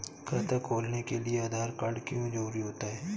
खाता खोलने के लिए आधार कार्ड क्यो जरूरी होता है?